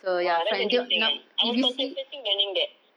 !wah! that's interesting ah I was contemplating learning that